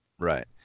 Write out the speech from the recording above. Right